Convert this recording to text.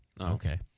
Okay